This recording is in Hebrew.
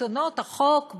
שלטונות החוק,